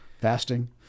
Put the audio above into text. fasting